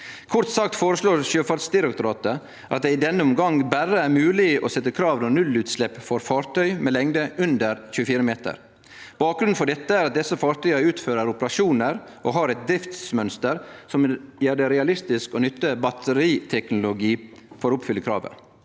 Kort sagt føreslår Sjøfartsdirektoratet at det i denne omgang berre er mogleg å setje krav om nullutslepp for fartøy med lengde under 24 meter. Bakgrunnen for dette er at desse fartøya utfører operasjonar og har eit driftsmønster som gjer det realistisk å nytte batteriteknologi for å oppfylle kravet.